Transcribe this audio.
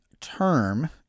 term